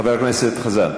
חבר הכנסת חזן.